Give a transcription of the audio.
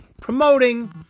promoting